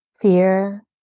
fear